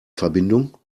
verbindung